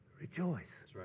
Rejoice